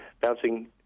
bouncing